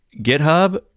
GitHub